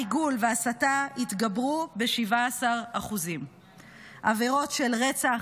ריגול והסתה התגברו ב-17%; עבירות של רצח,